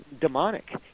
demonic